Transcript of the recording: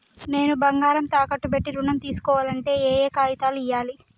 నేను బంగారం తాకట్టు పెట్టి ఋణం తీస్కోవాలంటే ఏయే కాగితాలు ఇయ్యాలి?